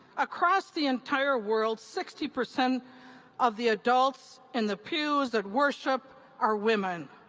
across the entire world, sixty percent of the adults in the pews at worship are women.